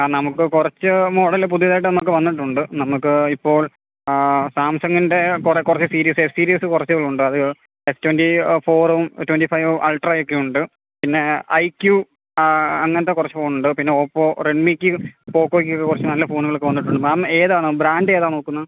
ആ നമുക്ക് കുറച്ച് മോഡല് പുതിയതായിട്ട് നമുക്ക് വന്നിട്ടുണ്ട് നമുക്ക് ഇപ്പോൾ സാംസങ്ങിൻ്റെ കുറെ കുറച്ച് സീരീസ് എസ് സീരീസ് കുറച്ച് ഉണ്ട് അത് എസ് ട്വൻ്റി ഫോറും ട്വൻ്റി ഫൈവും അൾട്രാ ഒക്കെ ഉണ്ട് പിന്നേ ഐ ക്യൂ അങ്ങനത്തെ കുറച്ച് ഫോണുണ്ട് പിന്നെ ഓപ്പോ റെഡ്മിക്ക് പൊക്കോയ്ക്കൊക്കെ കുറച്ച് നല്ല ഫോണുകളൊക്കെ വന്നിട്ടുണ്ട് മേം ഏതാണ് ബ്രാൻഡ് ഏതാണ് നോക്കുന്നത്